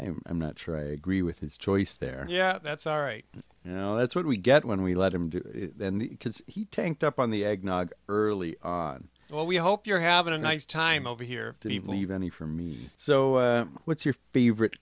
and i'm not sure i agree with his choice there yeah that's all right you know that's what we get when we let him do it because he tanked up on the eggnog early on well we hope you're having a nice time over here to leave any for me so what's your favorite